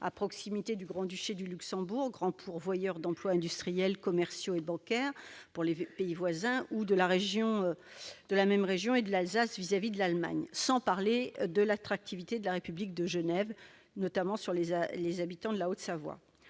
à proximité du Grand-Duché du Luxembourg, grand pourvoyeur d'emplois industriels, commerciaux et bancaires pour les pays voisins, ou de cette même région et de l'Alsace vis-à-vis de l'Allemagne, sans parler de l'attractivité de la République de Genève sur les habitants de la Haute-Savoie.